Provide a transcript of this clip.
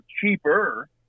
cheaper